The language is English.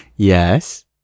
Yes